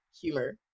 humor